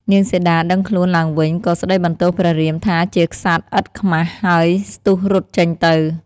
នាងសីតាដឹងខ្លួនឡើងវិញក៏ស្តីបន្ទោសព្រះរាមថាជាក្សត្រឥតខ្មាស ហើយស្ទុះរត់ចេញទៅ។